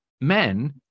men